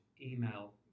email